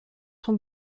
son